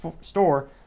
store